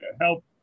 help